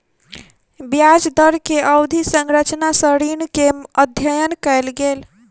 ब्याज दर के अवधि संरचना सॅ ऋण के अध्ययन कयल गेल